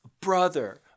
brother